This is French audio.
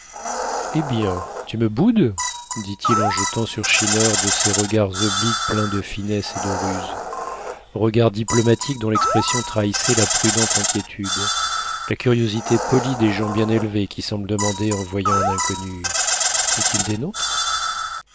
eh bien tu me boudes dit-il en jetant sur schinner de ces regards obliques pleins de finesse et de ruse regards diplomatiques dont l'expression trahissait la prudente inquiétude la curiosité polie des gens bien élevés qui semblent demander en voyant un inconnu est-il des nôtres